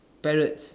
parrots